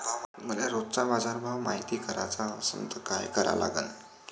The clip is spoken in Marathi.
मले रोजचा बाजारभव मायती कराचा असन त काय करा लागन?